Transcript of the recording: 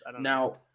Now